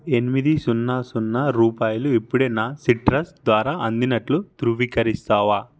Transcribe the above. ఎనిమిది సున్నా సున్నా రూపాయలు ఇప్పుడే నా సిట్రస్ ద్వారా అందినట్లు ధృవీకరిస్తావా